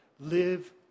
Live